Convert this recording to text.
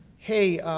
hey a